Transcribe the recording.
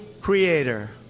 Creator